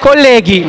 Colleghi,